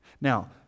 Now